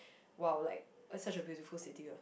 !wow! like that's such a beautiful city